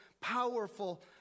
powerful